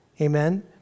Amen